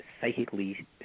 psychically